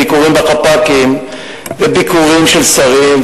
ביקורים בחפ"קים וביקורים של שרים,